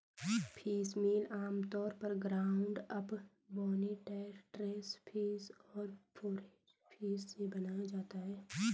fishmeal आमतौर पर ground up, bony trash fish और फोरेज फिश से बनाया जाता है